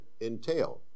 entail